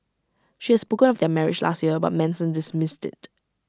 she had spoken of their marriage last year but Manson dismissed IT